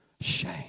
Shame